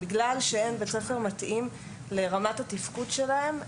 בגלל שאין בית ספר מתאים לרמת התפקוד שלהם,